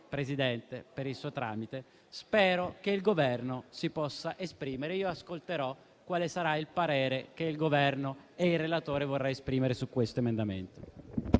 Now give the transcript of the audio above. Presidente, per il suo tramite, spero che il Governo si possa esprimere. Io ascolterò quale sarà il parere che il Governo e il relatore vorranno esprimere su tale emendamento.